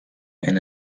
and